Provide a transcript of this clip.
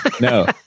No